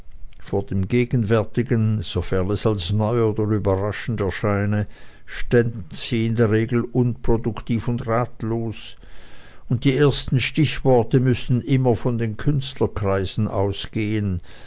vor dem gegenwärtigen sofern es als neu oder überraschend erscheine ständen sie in der regel unproduktiv und ratlos und die ersten stichworte müßten immer von den künstlerkreisen ausgehen